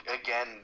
again